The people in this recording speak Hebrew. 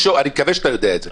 אני מקווה שאתה יודע את זה,